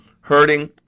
Hurting